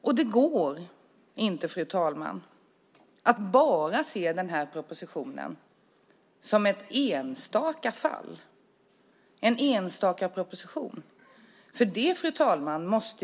Och det går inte att bara se denna proposition som ett enstaka fall, en enstaka proposition. Fru talman!